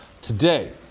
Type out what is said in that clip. Today